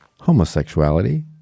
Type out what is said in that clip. homosexuality